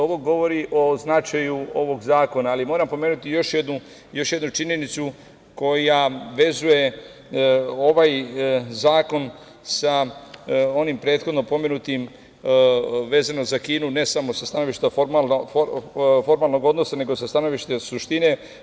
Ovo govori o značaju ovog zakona, ali moram pomenuti još jednu činjenicu koja vezuje ovaj zakon sa onim prethodno pomenutim, vezano za Kinu, ne samo sa stanovišta formalnog odnosa, nego sa stanovišta suštine.